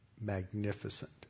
magnificent